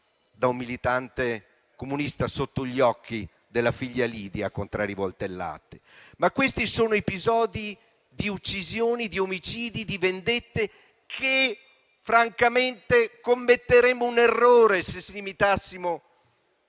da un militante comunista sotto gli occhi della figlia Lidia. Questi sono episodi di uccisioni, di omicidi, di vendette e francamente commetteremmo un errore se ci limitassimo